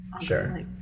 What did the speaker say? Sure